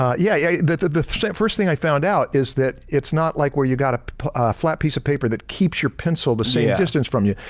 um yeah, yeah. the the first thing i found out is that it's not like where you got a flat piece of paper that keeps your pencil the same distance from you.